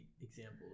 example